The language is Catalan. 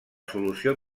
solució